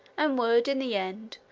and would, in the end,